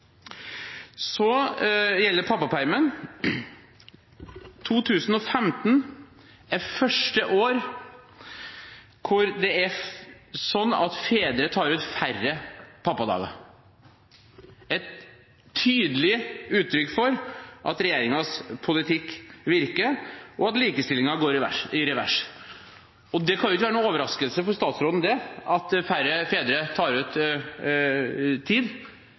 gjelder pappapermen, er 2015 det første år det er sånn at fedre tar ut færre pappadager – et tydelig uttrykk for at regjeringens politikk virker, og at likestillingen går i revers. Det kan ikke være noen overraskelse for statsråden at færre fedre tar ut